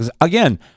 Again